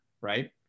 right